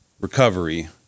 recovery